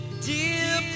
Dear